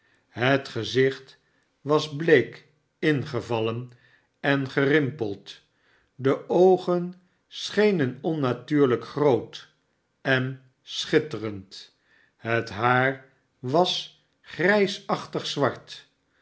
het gezicht was bleek ingevallen en gerimpeld de oogen schenen onnatuurlijk groot en schitterend het haar was grijsachtig zwart